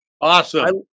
Awesome